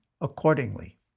accordingly